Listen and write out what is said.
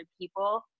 people